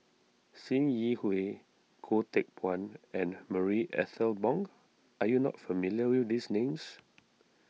Sim Yi Hui Goh Teck Phuan and Marie Ethel Bong are you not familiar with these names